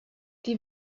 die